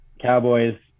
Cowboys